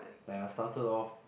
like I started off